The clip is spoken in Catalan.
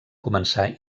començar